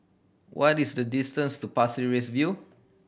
what is the distance to Pasir Ris View